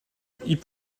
peuvent